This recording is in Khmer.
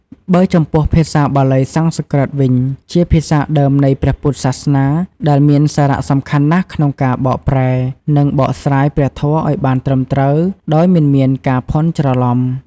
បើចំពោះ ភាសាបាលី-សំស្ក្រឹតវិញ ជាភាសាដើមនៃព្រះពុទ្ធសាសនា ដែលមានសារៈសំខាន់ណាស់ក្នុងការបកប្រែ និងបកស្រាយព្រះធម៌ឱ្យបានត្រឹមត្រូវ ដោយមិនមានការភាន់ច្រឡំ។